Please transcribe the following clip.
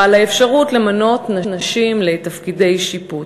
על האפשרות למנות נשים לתפקידי שיפוט.